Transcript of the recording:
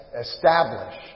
establish